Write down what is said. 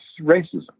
racism